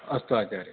अस्तु आचार्य